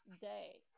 day